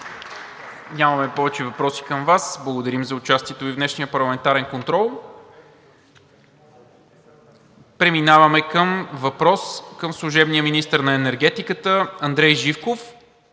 Нямаме повече въпроси към Вас. Благодарим за участието Ви в днешния парламентарен контрол. Преминаваме към въпрос към служебния министър на енергетиката Андрей Живков.